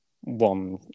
one